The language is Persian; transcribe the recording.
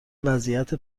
وضعیت